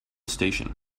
station